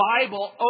Bible